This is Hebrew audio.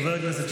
חבר הכנסת שטרן.